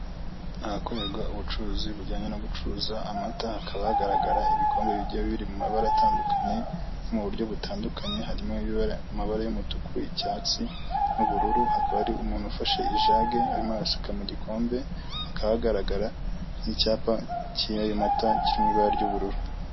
Ahakorerwa ubucuruzi bujyanye no gucuruza amata; hakaba hagaragara ibikombe bigiye biri mu mabara atandukanye, nko muburyo butandukanye harimo: ibara/amabara y'umutuku, icyatsi n'ubururu, hakaba hari umuntu ufashe ijage arimo arasuka mu gikombe; hakaba hagaragara n'icyapa kiriho ayo mata kiri mu ibara ry'ubururu.